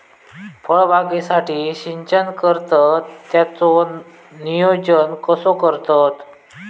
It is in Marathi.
फळबागेसाठी सिंचन करतत त्याचो नियोजन कसो करतत?